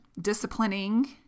disciplining